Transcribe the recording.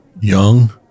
Young